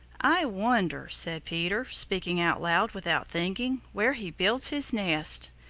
i wonder, said peter, speaking out loud without thinking, where he builds his nest.